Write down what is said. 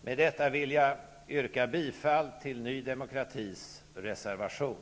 Med detta vill jag yrka bifall till Ny demokratis reservation.